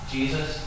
Jesus